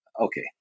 okay